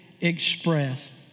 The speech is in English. expressed